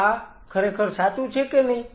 આ ખરેખર સાચું છે કે નહીં